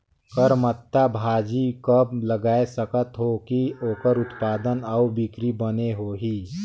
करमत्ता भाजी कब लगाय सकत हो कि ओकर उत्पादन अउ बिक्री बने होही?